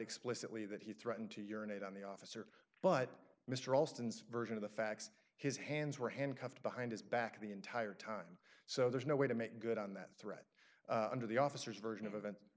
explicitly that he threatened to urinate on the officer but mr alston's version of the facts his hands were handcuffed behind his back at the entire time so there's no way to make good on that threat under the officers version of event